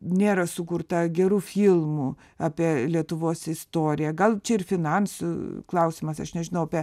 nėra sukurta gerų filmų apie lietuvos istoriją gal čia ir finansų klausimas aš nežinau apie